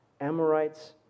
Amorites